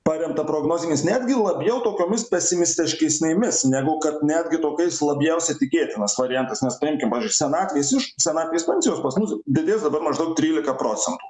paremtą prognozėmis netgi labiau tokiomis pesimistiškesnėmis negu kad netgi tokiais labiausiai tikėtinas variantas nes paimkim pavyzdžiui senatvės iš senatvės pensijos pas mus didės dabar maždaug trylika procentų